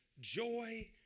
joy